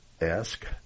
Ask